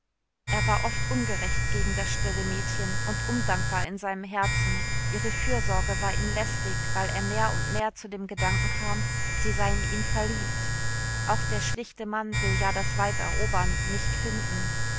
er war oft ungerecht gegen das stille mädchen und undankbar in seinem herzen ihre fürsorge war ihm lästig weil er mehr und mehr zu dem gedanken kam sie sei in ihn verliebt auch der schlichte mann will ja das weib erobern nicht finden